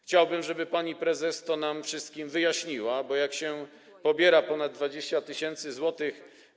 Chciałbym, żeby pani prezes to nam wszystkim wyjaśniła, bo jak ktoś pobiera ponad 20 tys. zł.